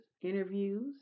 interviews